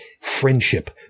friendship